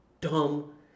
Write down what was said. dumb